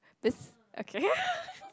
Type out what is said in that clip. this okay